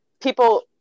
people